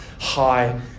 high